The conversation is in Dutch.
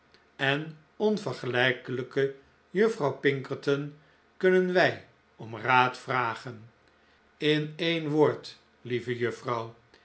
en onvergelijkelijke juffrouw pinkerton kunnen wij om raad vragen in een woord lieve juffrouw